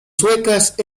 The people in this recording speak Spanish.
suecas